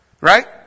Right